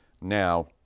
Now